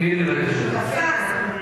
מירי רגב.